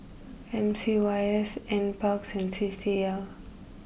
M C Y S N Parks and C C L